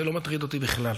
זה לא מטריד אותי בכלל.